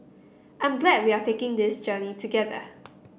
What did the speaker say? I'm glad we are taking this journey together